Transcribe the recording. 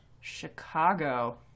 Chicago